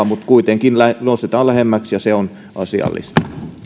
mutta kuitenkin sitä nostetaan lähemmäksi ja se on asiallista